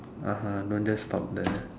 (uh huh) don't just stop there